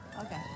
Okay